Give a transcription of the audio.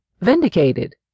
vindicated